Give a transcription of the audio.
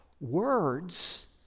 words